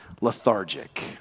lethargic